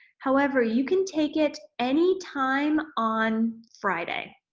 however, you can take it anytime on friday